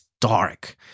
dark